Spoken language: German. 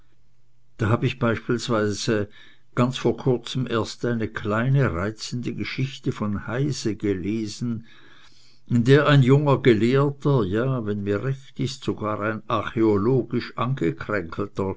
da hab ich beispielsweise ganz vor kurzem erst eine kleine reizende geschichte von heyse gelesen in der ein junger gelehrter ja wenn mir recht ist sogar ein archäologisch angekränkelter